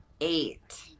eight